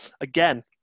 Again